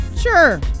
sure